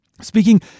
Speaking